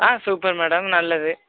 ஆ super madam நல்லது